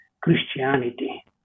christianity